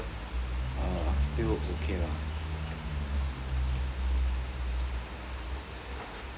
<Z